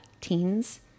teens